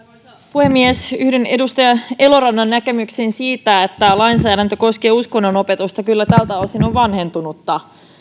puhemies yhdyn edustaja elorannan näkemykseen siitä että tämä lainsäädäntö koskien uskonnonopetusta kyllä tältä osin on vanhentunutta